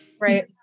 right